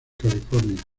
california